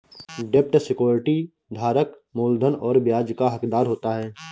डेब्ट सिक्योरिटी धारक मूलधन और ब्याज का हक़दार होता है